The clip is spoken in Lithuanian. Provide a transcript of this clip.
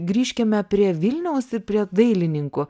grįžkime prie vilniaus ir prie dailininkų